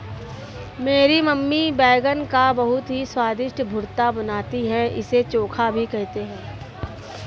मेरी मम्मी बैगन का बहुत ही स्वादिष्ट भुर्ता बनाती है इसे चोखा भी कहते हैं